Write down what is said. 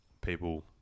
people